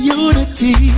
unity